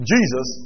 Jesus